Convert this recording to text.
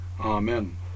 Amen